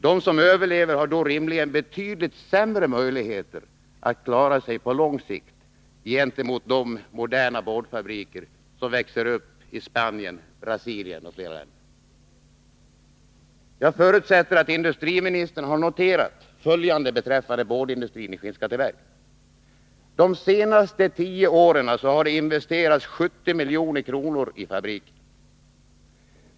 De som överlever har då rimligen betydligt sämre möjligheter att klara sig på lång sikt gentemot de moderna boardfabriker som växer upp i Spanien, Brasilien m.fl. länder. Jag förutsätter att industriministern har noterat följande beträffande boardindustrin i Skinnskatteberg. De senaste tio åren har det investerats 70 milj.kr. i fabriken.